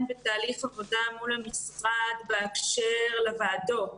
בתהליך עבודה מול המשרד באשר לוועדות.